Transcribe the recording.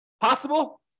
Possible